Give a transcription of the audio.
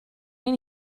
ein